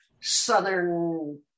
southern